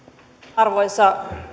arvoisa